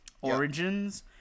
origins